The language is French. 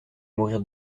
mourir